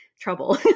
trouble